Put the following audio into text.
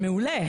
מעולה,